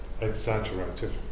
exaggerated